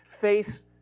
face